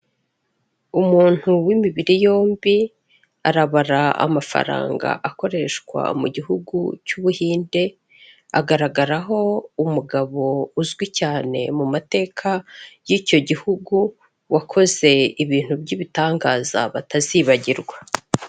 Umuntu w'imibiri yombi arabara amafaranga akoreshwa mu gihugu cy'Ubuhinde, agaragaraho umugabo uzwi cyane mu mateka y'icyo gihugu wakoze ibintu by'ibitangaza batazibagirwa.